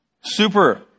Super